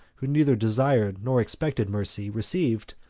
who neither desired nor expected mercy, received,